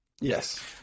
yes